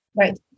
Right